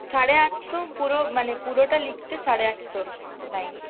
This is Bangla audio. সাড়ে আটশো পুরো মানে পুরোটা লিখতে সাড়ে আটশো লাইন